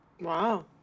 Wow